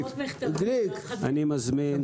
הם קיבלו עשרות מכתבים, ואף אחד לא ענה.